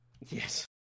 Yes